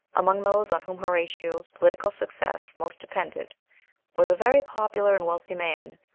among those on whom horatio's political success most depended was a very popular and wealthy man,